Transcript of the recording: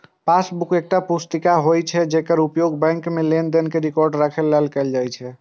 passbook एकटा पुस्तिका होइ छै, जेकर उपयोग बैंक मे लेनदेन के रिकॉर्ड राखै लेल कैल जाइ छै